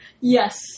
Yes